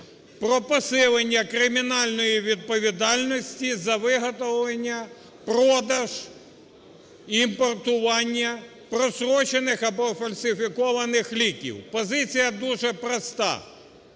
про посилення кримінальної відповідальності за виготовлення, продаж, імпортування прострочених або фальсифікованих ліків. Позиція дуже проста: